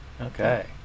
okay